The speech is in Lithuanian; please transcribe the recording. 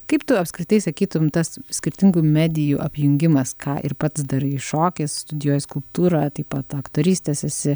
kaip tu apskritai sakytum tas skirtingų medijų apjungimas ką ir pats darai šokis studijuoji skulptūrą taip pat aktorystės esi